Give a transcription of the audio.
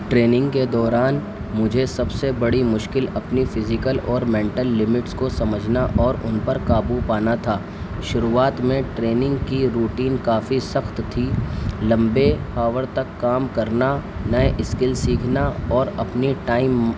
training کے دوران مجھے سب سے بڑی مشکل اپنی فزیکل اور مینٹل لمٹس کو سمجھنا اور ان پر قابو پانا تھا شروعات میں ٹریننگ کی روٹین کافی سخت تھی لمبے آور تک کام کرنا نئے اسکل سیکھنا اور اپنی ٹائم